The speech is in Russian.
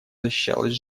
защищалась